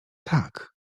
tak